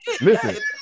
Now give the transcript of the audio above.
listen